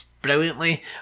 brilliantly